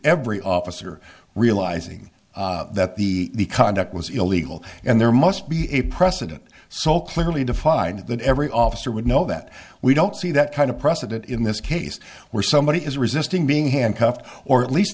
every officer realizing that the conduct was illegal and there must be a precedent so clearly defied that every officer would know that we don't see that kind of precedent in this case where somebody is resisting being handcuffed or at least